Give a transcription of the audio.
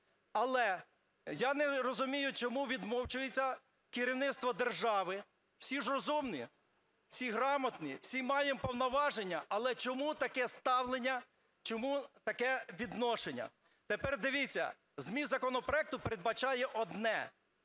Але я не розумію, чому відмовчується керівництво держави? Всі ж розумні, всі грамотні, всі маємо повноваження, але чому таке ставлення, чому таке відношення? Тепер, дивіться, зміст законопроекту передбачає одне –